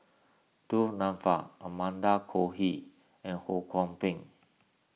Du Nanfa Amanda Koe He and Ho Kwon Ping